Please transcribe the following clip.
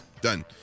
Done